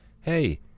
hey